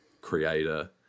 creator